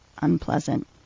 unpleasant